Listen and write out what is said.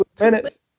minutes